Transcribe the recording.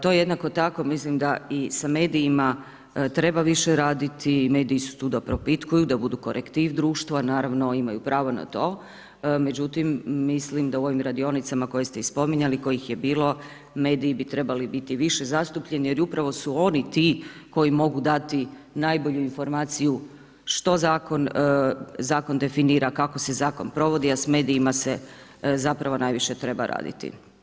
To je jednako tako mislim da i s medijima treba više raditi, mediji su tu da propitkuju, da budu korektiv društva, naravno imaju pravo na to, međutim mislim da u ovim radionicama koje ste i spominjali, kojih je bilo, mediji bi trebali biti više zastupljeni jer upravo su oni ti koji mogu dati najbolju informaciju što zakon definira, kako se zakon provodi a s medijima se zapravo najviše treba raditi.